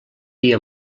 dir